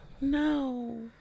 No